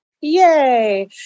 yay